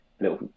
little